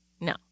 No